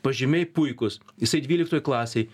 pažymiai puikūs jisai dvyliktoj klasėj